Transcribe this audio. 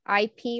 IP